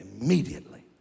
Immediately